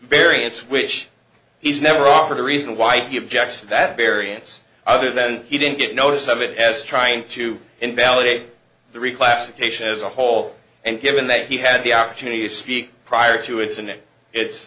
variance which he's never offered a reason why he objects that various other then he didn't get notice of it as trying to invalidate the reclassification as a whole and given that he had the opportunity to speak prior to it's an it it's